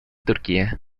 turquía